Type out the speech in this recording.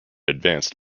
advance